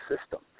system